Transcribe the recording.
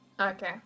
Okay